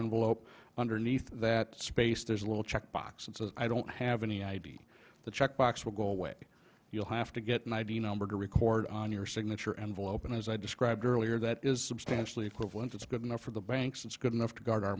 envelope underneath that space there's a little check box and says i don't have any id the check box will go away you'll have to get an id number to record on your signature envelope and as i described earlier that is substantially equivalent that's good enough for the banks it's good enough to guard our